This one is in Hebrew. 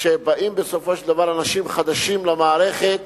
שבאים בסופו של דבר אנשים חדשים למערכת.